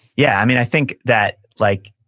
yeah. i mean, i think that like